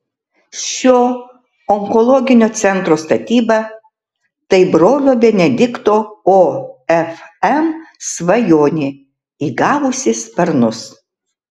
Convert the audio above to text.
šio onkologinio centro statyba tai brolio benedikto ofm svajonė įgavusi sparnus